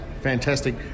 fantastic